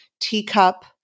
teacup